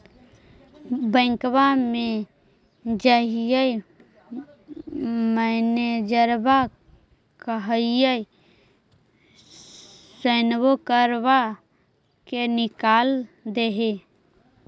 बैंकवा मे जाहिऐ मैनेजरवा कहहिऐ सैनवो करवा के निकाल देहै?